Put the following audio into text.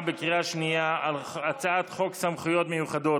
בקריאה שנייה על הצעת חוק סמכויות מיוחדות